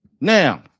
Now